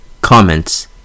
Comments